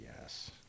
yes